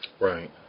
Right